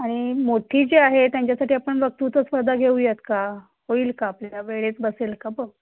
आणि मोठी जी आहे त्यांच्यासाठी आपण वक्तृत्व स्पर्धा घेऊयात का होईल का आपल्या वेळेत बसेल का बघ